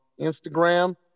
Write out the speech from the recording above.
Instagram